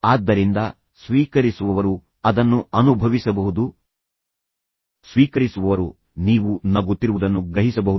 ಆದ್ದರಿಂದ ಸ್ವೀಕರಿಸುವವರು ಅದನ್ನು ಅನುಭವಿಸಬಹುದು ಸ್ವೀಕರಿಸುವವರು ನೀವು ನಗುತ್ತಿರುವುದನ್ನು ಗ್ರಹಿಸಬಹುದು